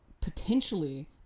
potentially